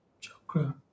chakra